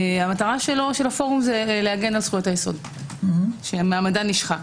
המטרה של הפורום הוא להגן על זכויות היסוד שמעמדן נשחק.